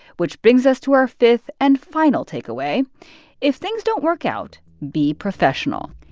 which brings us to our fifth and final takeaway if things don't work out, be professional.